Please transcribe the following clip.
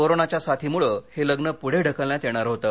कोरोनाच्या साथीमुळे हे लग्न पुढे ढकलण्यात येणार होतं